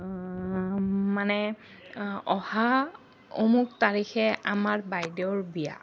মানে অহা অমুক তাৰিখে আমাৰ বাইদেউৰ বিয়া